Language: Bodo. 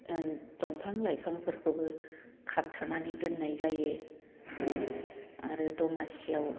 दंफां लाइफांफोरखौबो खाबथाबनानै दोननाय जायो आरो दमासिआव